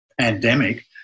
pandemic